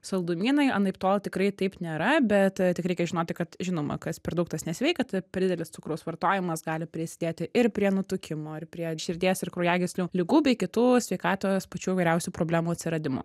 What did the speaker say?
saldumynai anaiptol tikrai taip nėra bet tik reikia žinoti kad žinoma kas per daug tas nesveika tai per didelis cukraus vartojimas gali prisidėti ir prie nutukimo ar prie širdies ir kraujagyslių ligų bei kitų sveikatos pačių įvairiausių problemų atsiradimo